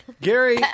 Gary